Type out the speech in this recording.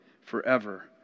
forever